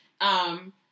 Um-